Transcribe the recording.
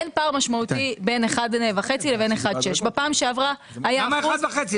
אין פער משמעותי בין 1.5 לבין 1.6. אז למה 1.5?